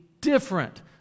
different